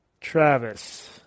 Travis